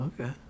Okay